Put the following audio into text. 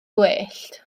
gwellt